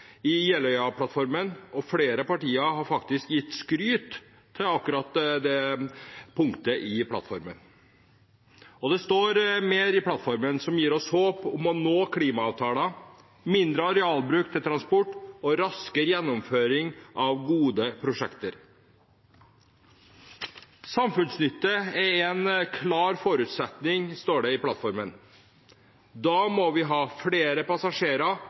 i Jeløya-plattformen, og flere partier har faktisk gitt skryt til akkurat det punktet i plattformen. Og det står mer i plattformen som gir oss håp om å nå klimaavtalen – mindre arealbruk til transport og raskere gjennomføring av gode prosjekter. Samfunnsnytte er en klar forutsetning, står det i plattformen. Da må vi ha flere passasjerer